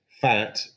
fat